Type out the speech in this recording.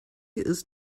ist